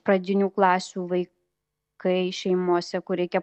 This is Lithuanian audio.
pradinių klasių vaikai šeimose kur reikia